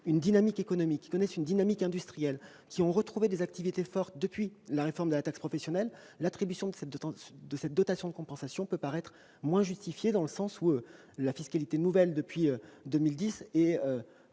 dynamique économique ou industrielle et qui ont retrouvé des activités fortes depuis la réforme de la taxe professionnelle, l'attribution de cette dotation de compensation peut paraître moins justifiée, la fiscalité nouvelle depuis 2010